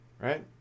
Right